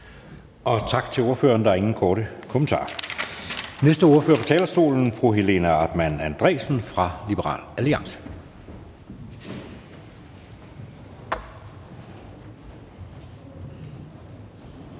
Tak til ordføreren. Der er ingen korte bemærkninger. Den næste ordfører på talerstolen er fru Helena Artmann Andresen fra Liberal Alliance.